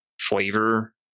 flavor